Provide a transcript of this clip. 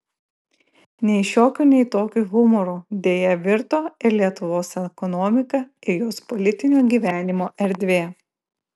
nei šiokiu nei tokiu humoru deja virto ir lietuvos ekonomika ir jos politinio gyvenimo erdvė